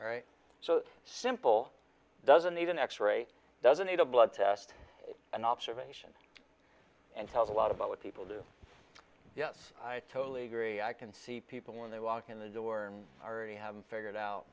so simple doesn't even x ray doesn't need a blood test it's an observation and tells a lot about what people do yes i totally agree i can see people when they walk in the door and already have figured out